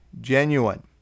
genuine